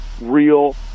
real